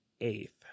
eighth